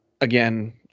Again